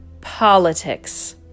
Politics